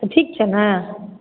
तऽ ठीक छै ने